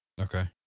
Okay